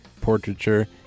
portraiture